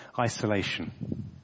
isolation